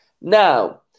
Now